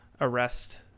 arrest